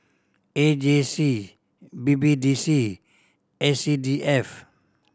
A J C B B D C and C D F